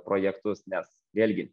projektus nes vėlgi